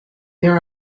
there